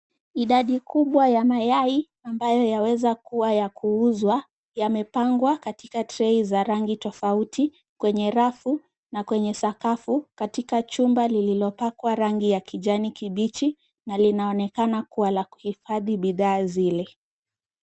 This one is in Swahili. Idadi kubwa ya mayai ambayo yaweza kuwa ya kuuzwa yamepangwa katika trei za rangi tofauti kwenye rafu na kwenye sakafu katika chumba lililopakwa rangi ya kijani kibichi na linaonekana kuwa la kuhifadhi bidhaa zile.